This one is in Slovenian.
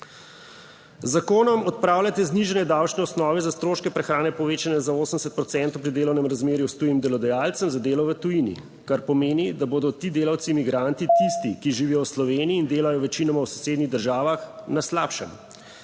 zakonom odpravljate znižanje davčne osnove za stroške prehrane povečanje za 80 procentov pri delovnem razmerju s tujim delodajalcem za delo v tujini, kar pomeni, da bodo ti delavci migranti, tisti, ki živijo v Sloveniji in delajo večinoma v sosednjih državah na slabšem.